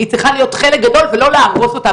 היא צריכה להיות חלק גדול ולא להרוס אותה.